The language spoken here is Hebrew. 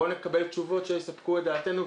בואו נקבל תשובות שיספקו את דעתנו,